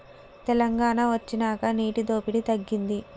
తెలంగాణ వొచ్చినాక నీటి దోపిడి తగ్గింది